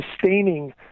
sustaining